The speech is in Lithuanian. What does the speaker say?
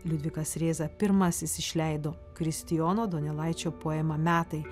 liudvikas rėza pirmasis išleido kristijono donelaičio poemą metai